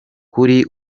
kuri